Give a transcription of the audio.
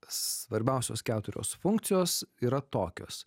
svarbiausios keturios funkcijos yra tokios